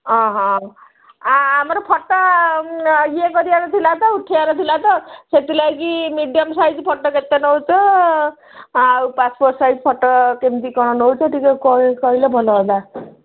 ହଁ ହଁ ଆମର ଫଟୋ ଇଏ କରିବାର ଥିଲା ତ ଉଠାଇବାର ଥିଲା ତ ସେଥିଲାଗି ମିଡ଼ିୟମ୍ ସାଇଜ୍ ଫଟୋ କେତେ ନେଉଛ ଆଉ ପାସ୍ପୋର୍ଟ୍ ସାଇଜ୍ ଫଟୋ କେମିତି କ'ଣ ନେଉଛ ଟିକିଏ କହିଲେ ଭଲ ହୁଅନ୍ତା